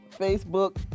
facebook